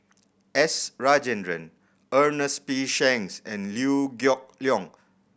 S Rajendran Ernest P Shanks and Liew Geok Leong